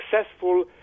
successful